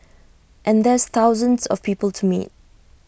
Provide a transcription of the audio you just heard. and there's thousands of people to meet